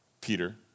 Peter